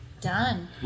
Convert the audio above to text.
Done